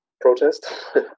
protest